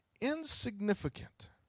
insignificant